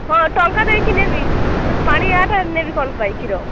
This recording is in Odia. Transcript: ହଁ ଟଙ୍କା ଦେଇକି ନେବି ହେଲେ ପାଣିଆଟା ନେବି କ'ଣ ପାଇଁ କ୍ଷୀର